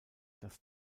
das